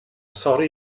sori